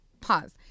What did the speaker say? pause